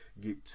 get